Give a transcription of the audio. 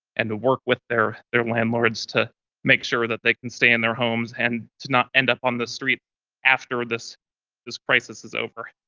and to work with their their landlords to make sure that they can stay in their homes and to not end up on the street after this this crisis is over.